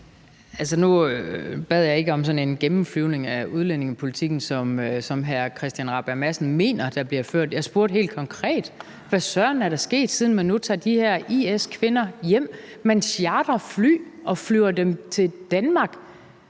nu bad jeg ikke om en gennemflyvning af den udlændingepolitik, som hr. Christian Rabjerg Madsen mener at der bliver ført. Jeg spurgte helt konkret: Hvad søren er der sket, siden man nu tager de her IS-kvinder hjem? Man chartrer fly og flyver dem til Danmark.